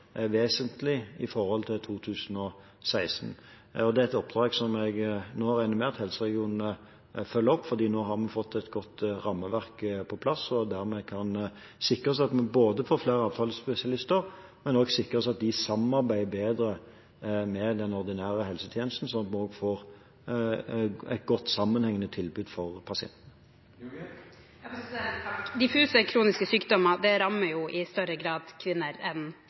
vesentlig i forhold til i 2016. Det er et oppdrag som jeg regner med at helseregionene følger opp, for nå har vi fått et godt rammeverk på plass og kan dermed sikre oss at vi får flere avtalespesialister, og også sikre oss at de samarbeider bedre med den ordinære helsetjenesten, slik at vi også får et godt, sammenhengende tilbud for pasienten. Diffuse kroniske sykdommer rammer i større grad kvinner enn